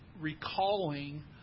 recalling